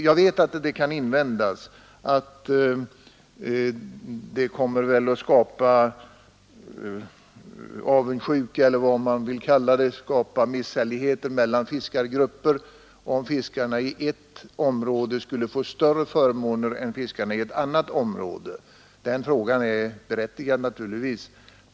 Jag vet att det kan invändas att det väl kommer att skapa låt mig säga avundsjuka eller misshälligheter mellan fiskargrupper, om fiskarna i ett område skulle få större förmåner än fiskarna i ett annat område. Den invändningen är naturligtvis berättigad.